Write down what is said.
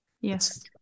Yes